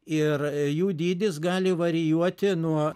ir jų dydis gali varijuoti nuo